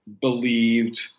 believed